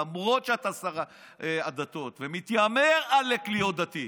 למרות שאתה שר הדתות ומתיימר עלק להיות דתי,